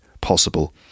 possible